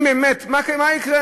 מה יקרה,